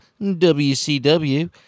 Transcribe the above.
WCW